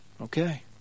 okay